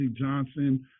Johnson